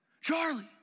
Charlie